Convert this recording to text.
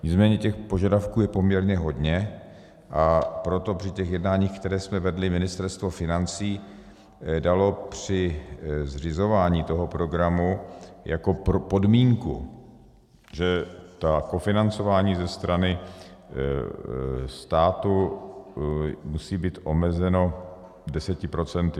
Nicméně těch požadavků je poměrně hodně, a proto při těch jednáních, která jsme vedli, Ministerstvo financí dalo při zřizování toho programu jako podmínku, že to kofinancování ze strany státu musí být omezeno 10 procenty.